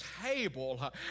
table